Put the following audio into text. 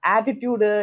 Attitude